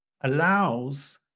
allows